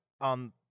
on